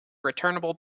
returnable